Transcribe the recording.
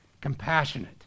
compassionate